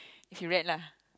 you read lah